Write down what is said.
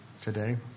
today